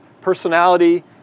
personality